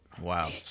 wow